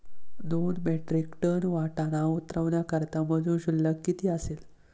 दोन metric ton वाटाणा उतरवण्याकरता मजूर शुल्क किती असेल?